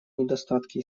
недостатки